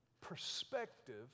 perspective